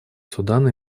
судан